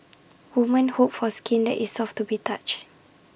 women hope for skin that is soft to be touch